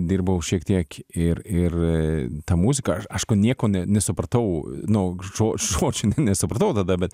dirbau šiek tiek ir ir ta muziką aš aišku nieko nesupratau nu žo žodžių ne nesupratau tada bet